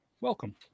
welcome